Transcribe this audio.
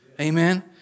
amen